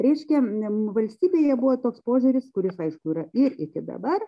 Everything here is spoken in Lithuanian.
reiškia valstybėje buvo toks požiūris kuris aišku yra ir iki dabar